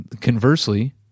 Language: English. conversely